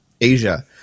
Asia